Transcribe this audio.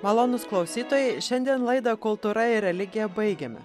malonūs klausytojai šiandien laidą kultūra ir religija baigėme